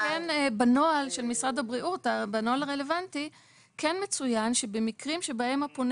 שבנוהל הרלוונטי של משרד הבריאות כן מצוין שבמקרים שבהם הפונה